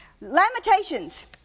Lamentations